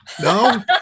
No